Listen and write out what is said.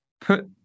put